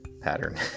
pattern